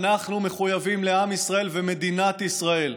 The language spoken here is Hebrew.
אנחנו מחויבים לעם ישראל ומדינת ישראל,